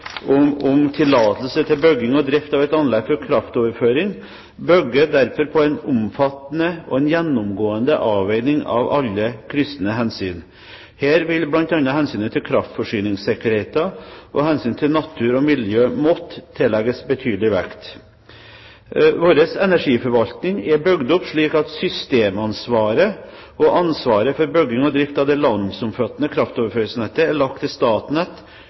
tillatelse til bygging og drift av et anlegg for kraftoverføring bygger derfor på en omfattende og gjennomgående avveining av alle kryssende hensyn. Her vil bl.a. hensynet til kraftforsyningssikkerheten og hensynet til natur og miljø måtte tillegges betydelig vekt. Vår energiforvaltning er bygd opp slik at systemansvaret og ansvaret for bygging og drift av det landsomfattende kraftoverføringsnettet er lagt til Statnett